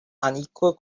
unequal